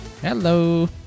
Hello